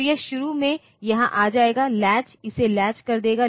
तो यह शुरू में यहाँ आ जाएगा लैच इसे लैच कर देगा